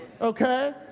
Okay